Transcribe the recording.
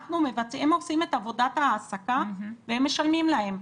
הם עושים את עבודת ההעסקה והם משלמים להם.